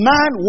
Man